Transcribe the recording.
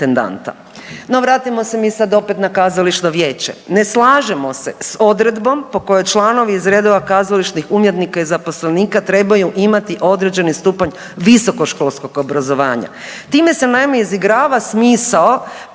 No vratimo se mi sad opet na kazališno vijeće. Ne slažemo se s odredbom po kojoj članovi iz redova kazališnih umjetnika i zaposlenika trebaju imati određeni stupanj visokoškolskog obrazovanja, time se naime izigrava smisao